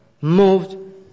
moved